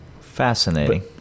Fascinating